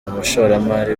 umushoramari